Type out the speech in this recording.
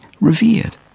revered